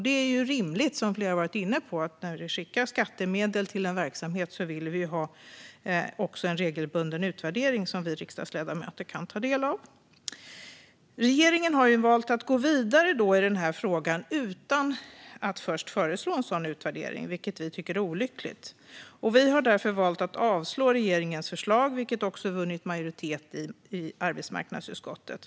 När skattemedel skickas till en verksamhet är det också rimligt att vilja ha en regelbunden utvärdering som vi riksdagsledamöter kan ta del av. Regeringen har valt att gå vidare i frågan utan förslaget om en sådan utvärdering, något vi tycker är olyckligt. Vi har därför valt att yrka avslag på regeringens förslag, vilket också har vunnit en majoritet i arbetsmarknadsutskottet.